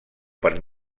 per